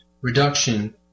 reduction